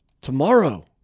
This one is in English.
tomorrow